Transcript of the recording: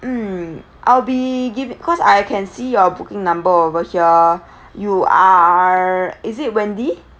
mm I'll be giving cause I can see your booking number over here you are is it wendy